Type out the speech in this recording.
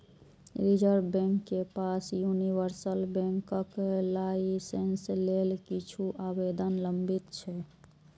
reserve bank के पास universal बैंकक लाइसेंस लेल किछु आवेदन लंबित छै